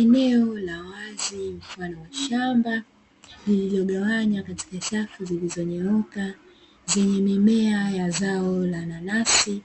Eneo la wazi mfano wa shamba lililogawanywa katika safu zilizonyooka zenye mimea ya zao la nanasi,